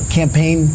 campaign